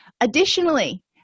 Additionally